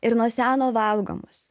ir nuo seno valgomos